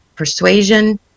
persuasion